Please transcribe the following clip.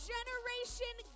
Generation